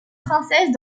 princesse